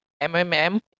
MMM